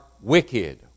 wicked